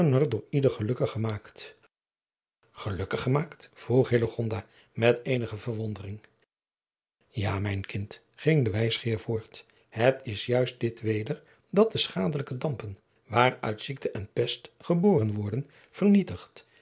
ieder gelukkig gemaakt gelukkig gemaakt vroeg hillegonda met eenige verwondering ja mijn kind ging de wijsgeer voort het is juist dit weder dat de schadelijke dampen waaruit ziekte en pest geboren worden vernietigt